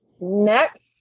next